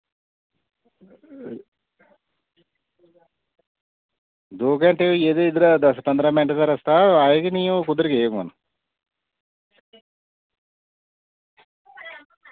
दो घैंटे होइये ते इद्धरा दस पंदरा मैंट दा रास्ता आए गै निं ओह् कुद्धर गे होंगन